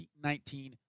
2019